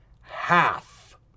half